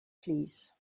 please